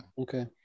okay